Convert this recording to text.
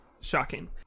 shocking